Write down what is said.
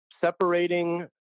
separating